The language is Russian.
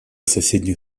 соседних